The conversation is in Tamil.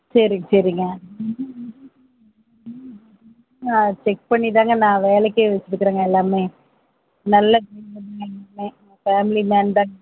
சரிங்க சரிங்க நான் செக் பண்ணி தாங்க நான் வேலைக்கே வச்சுருக்கிறேங்க எல்லாமே நல்ல ஃபேமிலி மேன் தாங்க எல்லாமே ஃபேமிலி மேன் தாங்க எல்லாமே